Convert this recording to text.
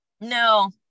no